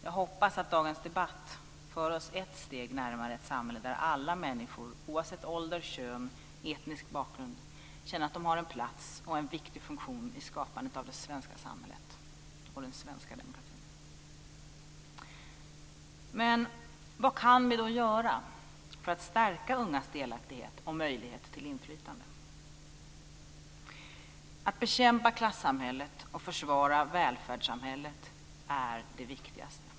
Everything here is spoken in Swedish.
Jag hoppas att dagens debatt för oss ett steg närmare ett samhälle där alla människor, oavsett ålder, kön och etnisk bakgrund, känner att de har en plats och en viktig funktion i skapandet av det svenska samhället och den svenska demokratin. Men vad kan vi då göra för att stärka ungas delaktighet och möjlighet till inflytande? Att bekämpa klassamhället och försvara välfärdssamhället är det viktigaste.